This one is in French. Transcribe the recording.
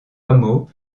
hameau